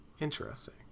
Interesting